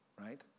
Right